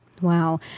Wow